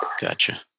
Gotcha